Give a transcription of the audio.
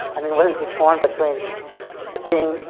i mean, wasn't he torn between being.